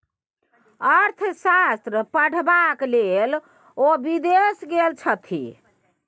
अर्थशास्त्र पढ़बाक लेल ओ विदेश गेल छथि